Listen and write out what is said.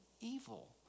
evil